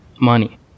Money